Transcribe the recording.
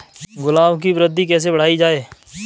गुलाब की वृद्धि कैसे बढ़ाई जाए?